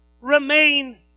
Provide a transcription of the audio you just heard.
Remain